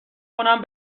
کنم